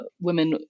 women